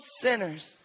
sinners